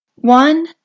One